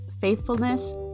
faithfulness